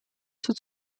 zur